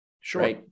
Sure